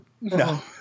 No